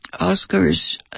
Oscar's